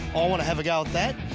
i wanna have a go at that.